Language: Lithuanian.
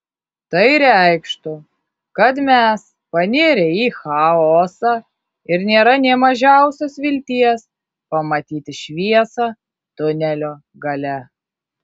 tai reikštų kad mes panirę į chaosą ir nėra nė mažiausios vilties pamatyti šviesą tunelio gale